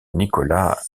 nicolas